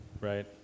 right